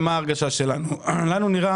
ומה ההרגשה שלנו: אני לא חושב